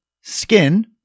skin